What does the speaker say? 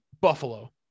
Buffalo